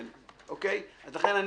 לכן,